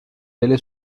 delle